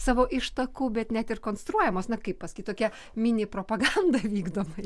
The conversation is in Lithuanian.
savo ištakų bet net ir konstruojamos na kaip pasakyt tokia mini propaganda vykdoma